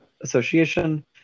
association